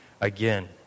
again